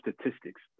statistics